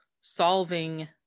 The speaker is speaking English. solving